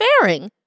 faring